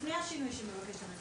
לפני השינוי שהממשלה